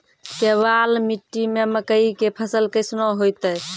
केवाल मिट्टी मे मकई के फ़सल कैसनौ होईतै?